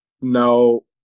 no